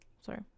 Sorry